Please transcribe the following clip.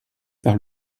par